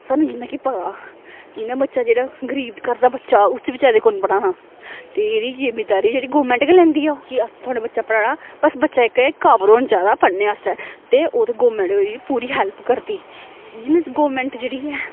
स्हानू जियां कि पता इयां बच्चा जेह्ड़ा गरीब घर दा बच्चा उसी बचैरे ई कु'न पढ़ाना ते एह्दी जिम्मेदारी जेह्ड़ी गौरमैंट गै लैंदी ऐ कि अस थुआढ़े बच्चा पढ़ाना बस बच्चा इ कावल होना चाहिदा पढ़ने आस्तै ते ओह्दे गौरमैंट पूरी हैल्प करदी जियां गौरमैंट जेह्ड़ी ऐ